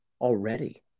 already